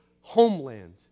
homeland